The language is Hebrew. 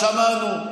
שמענו.